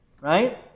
right